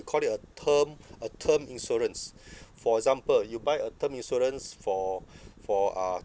we call it a term a term insurance for example you buy a term insurance for for uh